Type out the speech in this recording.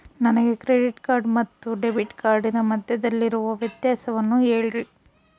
ನನಗೆ credit card ಮತ್ತು debit ಕಾರ್ಡಿನ ಮಧ್ಯದಲ್ಲಿರುವ ವ್ಯತ್ಯಾಸವನ್ನು ಹೇಳ್ರಿ?